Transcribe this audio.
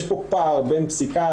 יש פה פער בין פסיקה,